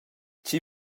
tgi